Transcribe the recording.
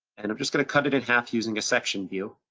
and i'm just gonna cut it in half using a section view,